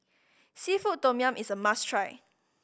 seafood tom yum is a must try